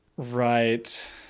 right